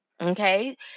okay